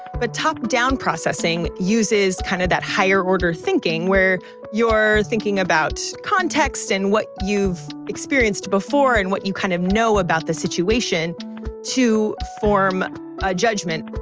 but top down processing uses kind of that higher order thinking where you're thinking about context and what you've experienced before and what you kind of know about the situation to form a judgment.